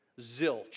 Zilch